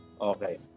Okay